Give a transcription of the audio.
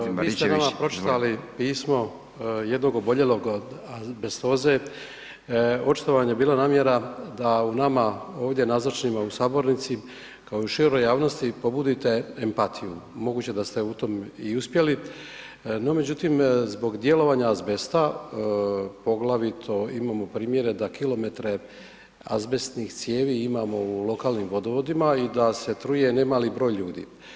Poštovani kolega Mrsiću, vi ste nama pročitali pismo jednog oboljelog od azbestoze , očito vam je bila namjera da u nama ovdje nazočnima u sabornici kao i široj javnosti pobudite empatiju, moguće da ste u tom i uspjeli no međutim, zbog djelovanja azbesta poglavito imamo primjere da kilometre azbestnih cijevi imamo u lokalnim vodovodima i da se truje nemali broj ljudi.